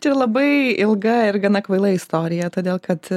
čia labai ilga ir gana kvaila istorija todėl kad